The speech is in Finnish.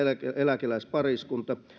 eläkeläispariskunta